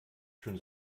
schon